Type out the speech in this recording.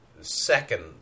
second